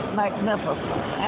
magnificent